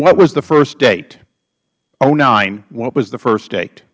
what was the first date nine what was the first date